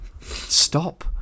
stop